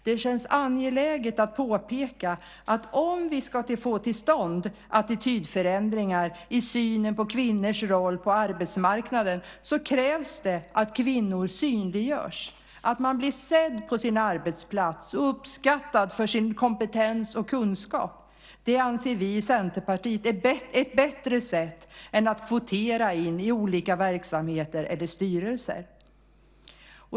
Det känns angeläget att påpeka att om vi ska få till stånd attitydförändringar i synen på kvinnors roll på arbetsmarknaden krävs det att kvinnor synliggörs, att man blir sedd på sin arbetsplats och uppskattad för sin kompetens och kunskap. Det anser vi i Centerpartiet är ett bättre sätt än att kvotera in i olika verksamheter eller styrelser.